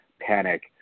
panic